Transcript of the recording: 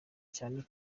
cyane